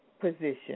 position